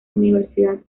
universidad